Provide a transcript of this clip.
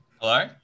Hello